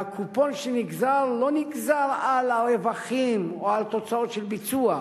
והקופון שנגזר לא נגזר על הרווחים או על תוצאות של ביצוע.